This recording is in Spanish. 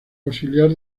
auxiliar